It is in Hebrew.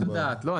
זאת הבעיה.